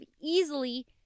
easily